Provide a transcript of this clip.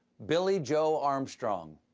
billie joe armstrong.